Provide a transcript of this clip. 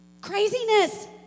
Craziness